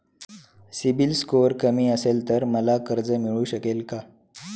CIBIL score कमी असेल तर मला कर्ज मिळू शकेल का?